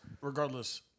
Regardless